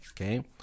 Okay